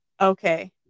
okay